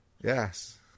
Yes